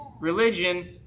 religion